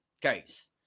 case